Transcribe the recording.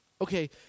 Okay